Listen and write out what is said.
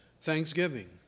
thanksgiving